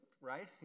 right